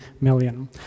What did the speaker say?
million